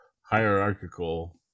Hierarchical